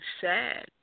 sad